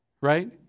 right